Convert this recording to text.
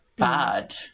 bad